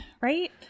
right